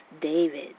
David